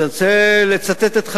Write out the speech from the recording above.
אני רוצה לצטט את חז"ל.